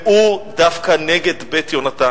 והוא דווקא נגד "בית יהונתן".